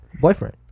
boyfriend